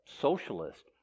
socialist